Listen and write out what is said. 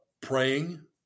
praying